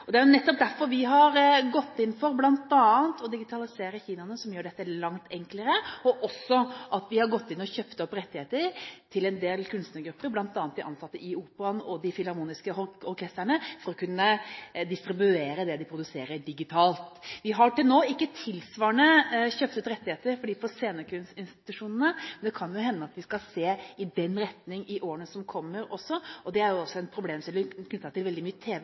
Det er jo nettopp derfor vi har gått inn for bl.a. å digitalisere kinoene, noe som gjør dette langt enklere. Vi har også gått inn og kjøpt opp rettigheter til en del kunstnergrupper, bl.a. de ansatte i Operaen og de filharmoniske orkestrene, for å kunne distribuere det de produserer, digitalt. Til nå har vi ikke tilsvarende kjøpt ut rettigheter for dem på scenekunstinstitusjonene, men det kan jo hende at vi skal se i den retning i årene som kommer. Dette er også en problemstilling knyttet til veldig mye tv-drama. Det er